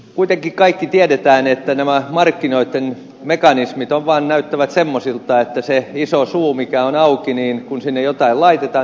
kuitenkin kaikki tiedämme että nämä markkinoitten mekanismit vaan näyttävät semmoisilta että se iso suu mikä on auki se vaatii lisää kun sinne jotain laitetaan